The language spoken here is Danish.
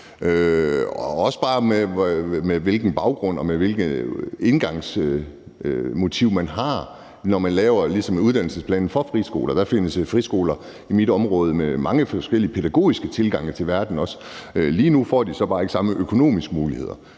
hensyn til hvilken baggrund og hvilket indgangsmotiv man har, når man ligesom laver uddannelsesplanen for friskoler. Der findes friskoler i mit område med også mange forskellige pædagogiske tilgange til verden. Lige nu får de så bare ikke samme økonomiske muligheder,